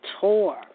tour